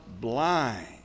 blind